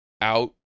out